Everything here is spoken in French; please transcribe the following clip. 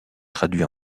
traduit